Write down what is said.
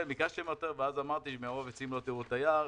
ביקשתם יותר ואז אמרתי שמרוב עצים לא תראו את היער.